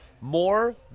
more